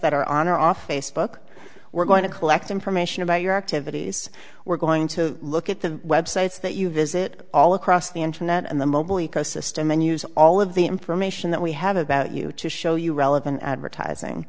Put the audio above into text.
that are on or off facebook we're going to collect information about your activities we're going to look at the websites that you visit all across the internet and the mobile ecosystem and use all of the information that we have about you to show you relevant advertising